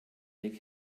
deck